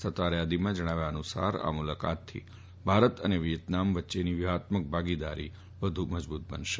સત્તાવાર યાદીના જણાવ્યા મુજબ આ મુલાકાતથી ભારત અને વિચેતનામ વચ્ચેની વ્યૂફાત્મક ભાગીદારો વધુ મજબુત થશે